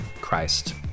Christ